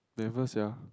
never sia